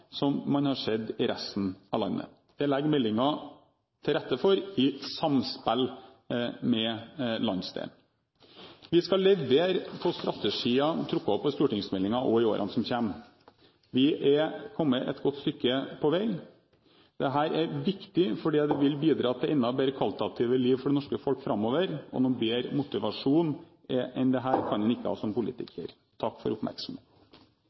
legger meldingen til rette for i samspill med landsdelen. Vi skal levere på strategier trukket opp i stortingsmeldingen også i årene som kommer. Vi er kommet et godt stykke på vei. Dette er viktig, fordi det vil bidra til enda bedre kvalitativt liv for det norske folk framover, og noen bedre motivasjon enn dette kan en ikke ha som politiker. Takk for